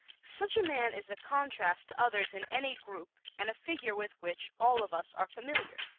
such a man is a contrast to others in any group and a figure with which all of us are familiar.